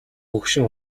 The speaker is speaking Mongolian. хөгшин